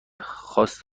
خواست